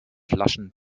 flaschen